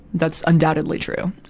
that's undoubtedly true.